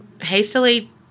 hastily